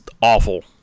awful